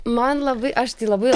man labai aš tai labai